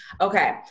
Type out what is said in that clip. Okay